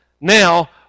now